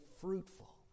fruitful